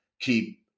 keep